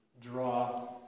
draw